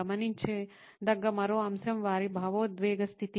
గమనించదగ్గ మరో అంశం వారి భావోద్వేగ స్థితి